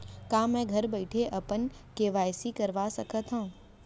का मैं घर बइठे अपन के.वाई.सी करवा सकत हव?